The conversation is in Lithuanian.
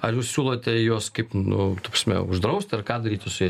ar jūs siūlote juos kaip nu ta prasme uždraust ar ką daryti su jais